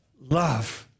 love